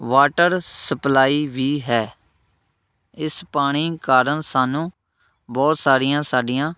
water supply ਵੀ ਹੈ ਇਸ ਪਾਣੀ ਕਾਰਨ ਸਾਨੂੰ ਬਹੁਤ ਸਾਰੀਆਂ ਸਾਡੀਆਂ